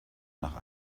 nach